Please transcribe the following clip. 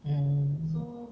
mm